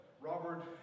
Robert